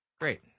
Great